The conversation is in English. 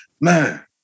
man